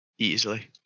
Easily